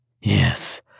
Yes